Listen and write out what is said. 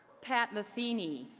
pat metheny,